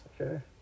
Okay